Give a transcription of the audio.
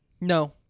no